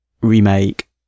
remake